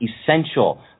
essential